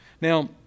Now